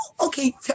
okay